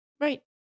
right